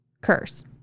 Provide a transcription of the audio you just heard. curse